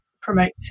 promote